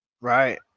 Right